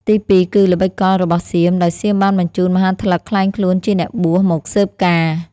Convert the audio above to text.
ទីពីរគឺ ល្បិចកលរបស់សៀម ដោយ សៀមបានបញ្ជូនមហាតលិកក្លែងខ្លួនជាអ្នកបួស មកស៊ើបការណ៍។